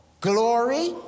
Glory